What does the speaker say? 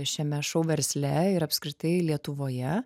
šiame šou versle ir apskritai lietuvoje